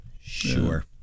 Sure